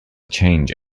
change